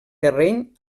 terreny